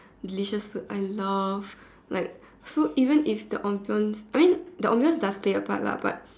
delicious food I love like so even if the ambience I mean the ambience does play a part lah but